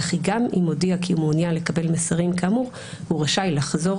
וכי גם אם הודיע כי הוא מעוניין לקבל מסרים כאמור הוא רשאי לחזור